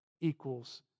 equals